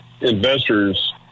investors